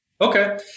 Okay